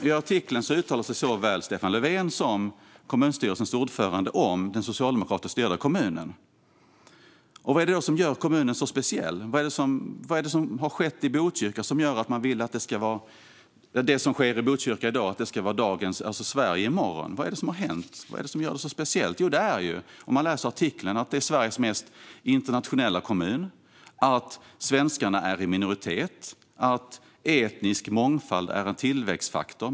I artikeln uttalar sig såväl Stefan Löfven som kommunstyrelsens ordförande om den socialdemokratiskt styrda kommunen. Vad är det då som gör kommunen så speciell? Vad är det som har skett i Botkyrka som gör att man vill att det som sker där i dag ska ske i Sverige i morgon? Vad är det som har hänt? Vad är det som gör det så speciellt? Om man läser artikeln ser man att det är Sveriges mest internationella kommun, att svenskarna är i minoritet och att etnisk mångfald är en tillväxtfaktor.